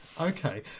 okay